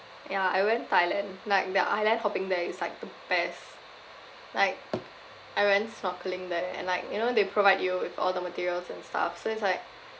ya I went thailand like the island hopping there is like the best like I went snorkelling there and like you know they provide you with all the materials and stuff so it's like